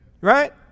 Right